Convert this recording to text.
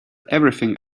everything